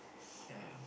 yeah